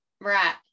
Right